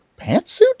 pantsuit